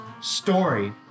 story